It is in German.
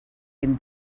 dem